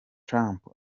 trump